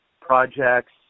projects